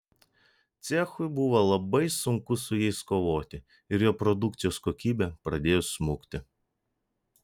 cechui buvo labai sunku su jais kovoti ir jo produkcijos kokybė pradėjo smukti